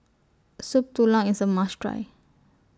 Soup Tulang IS A must Try